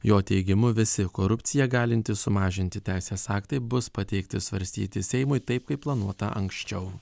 jo teigimu visi korupciją galintys sumažinti teisės aktai bus pateikti svarstyti seimui taip kaip planuota anksčiau